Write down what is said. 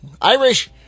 Irish